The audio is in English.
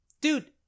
dude